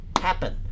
happen